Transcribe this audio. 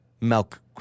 Milk